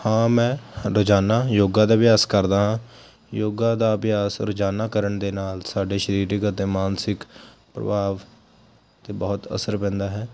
ਹਾਂ ਮੈਂ ਰੋਜ਼ਾਨਾ ਯੋਗਾ ਦਾ ਅਭਿਆਸ ਕਰਦਾ ਹਾਂ ਯੋਗਾ ਦਾ ਅਭਿਆਸ ਰੋਜ਼ਾਨਾ ਕਰਨ ਦੇ ਨਾਲ ਸਾਡੇ ਸਰੀਰਕ ਅਤੇ ਮਾਨਸਿਕ ਪ੍ਰਭਾਵ 'ਤੇ ਬਹੁਤ ਅਸਰ ਪੈਂਦਾ ਹੈ